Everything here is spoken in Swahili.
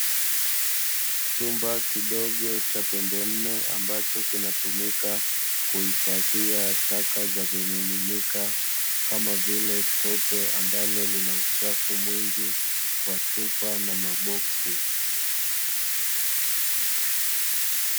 Chumba kidogo cha pembe nne ambacho kinatumika kuhifadhia taka za vimiminika, kama vile tope ambalo lina uchafu mwingi wa chupa na maboksi.